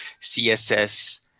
CSS